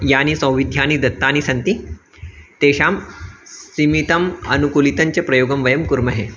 यानि सौविध्यानि दत्तानि सन्ति तेषां सीमितम् अनुकूलितञ्च प्रयोगं वयं कुर्महे